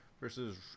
versus